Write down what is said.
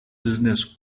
business